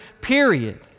period